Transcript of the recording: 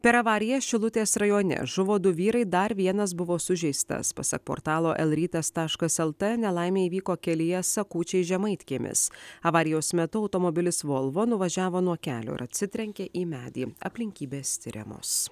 per avariją šilutės rajone žuvo du vyrai dar vienas buvo sužeistas pasak portalo l rytas taškas lt nelaimė įvyko kelyje sakučiai žemaitkiemis avarijos metu automobilis volvo nuvažiavo nuo kelio ir atsitrenkė į medį aplinkybės tiriamos